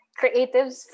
creatives